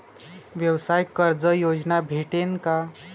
व्यवसाय कर्ज योजना भेटेन का?